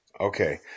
Okay